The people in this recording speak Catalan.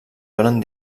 donen